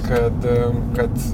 kad kad